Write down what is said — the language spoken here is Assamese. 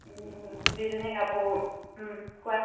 দুইজনী কাপোৰ কোৱা